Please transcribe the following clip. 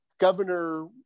governor